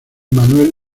manuel